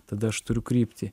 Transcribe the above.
tada aš turiu kryptį